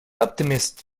optimists